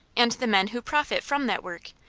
and the men who profit from that work,